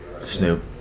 Snoop